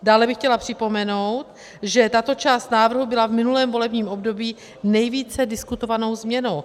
Dále bych chtěla připomenout, že tato část návrhu byla v minulém volebním období nejvíce diskutovanou změnou.